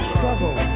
Struggle